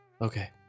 Okay